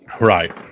Right